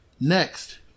Next